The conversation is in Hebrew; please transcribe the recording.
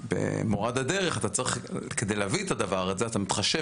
במורד הדרך כדי להביא את הדבר הזה אתה מתחשב